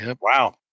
Wow